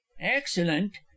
Excellent